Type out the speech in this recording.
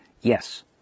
yes